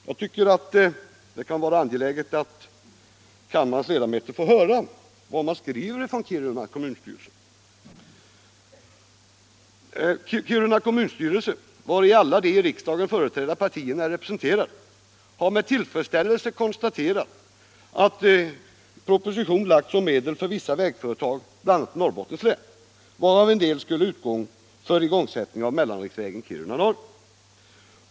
Jag tycker att det kan vara angeläget att kammarens ledamöter får höra vad man telegraferar: ”Kiruna kommunstyrelse, vari alla de i riksdagen företrädda partierna är representerade, har med tillfredsställelse konstaterat att proposition lagts om medel för vissa vägföretag bl.a. i Norrbottens län, varav en del skulle utgå för igångsättning av mellanriksvägen Kiruna-Narvik.